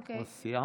סיימת?